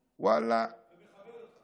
ואללה, ומכבד אותך.